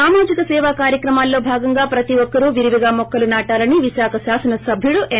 సామాజిక సేవా కార్యక్రమాల్లో భాగంగా ప్రతి ఒక్కరూ విరివిగా మొక్కలు నాటాలని విశాఖ శాసన సభ్యుడు ఎం